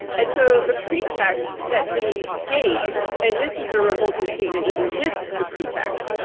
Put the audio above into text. and so the pretext that they gave, and this is a revolting statement even with the pretext,